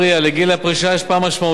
על הוצאות המוסד לביטוח לאומי.